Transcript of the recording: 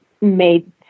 made